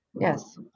Yes